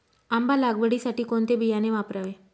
आंबा लागवडीसाठी कोणते बियाणे वापरावे?